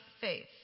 faith